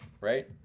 right